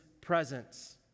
presence